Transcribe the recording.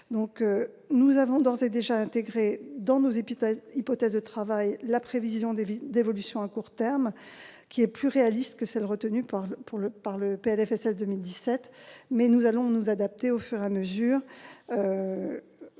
Nous avons d'ores et déjà intégré dans nos hypothèses de travail une prévision d'évolution à court terme plus réaliste que celle qu'avait retenue le PLFSS pour 2017, mais nous nous adapterons au fur et à mesure.